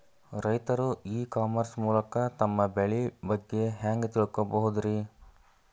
ರೈತರು e commerce ಮೂಲಕ ತಮ್ಮ ಬೆಳಿ ಬಗ್ಗೆ ಹ್ಯಾಂಗ ತಿಳ್ಕೊಬಹುದ್ರೇ?